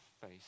face